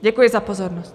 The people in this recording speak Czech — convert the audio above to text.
Děkuji za pozornost.